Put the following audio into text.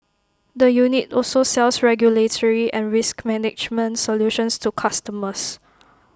the unit also sells regulatory and risk management solutions to customers